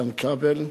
איתן כבל,